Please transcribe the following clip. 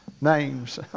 names